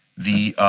the